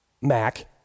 Mac